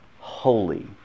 holy